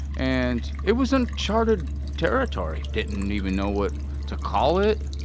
and, it was unchartered territory. didn't even know what to call it.